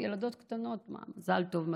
ילדות קטנות, מה "מזל טוב"?